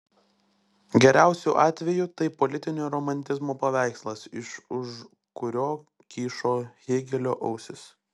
geriausiu atveju tai politinio romantizmo paveikslas iš už kurio kyšo hėgelio ausys